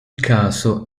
caso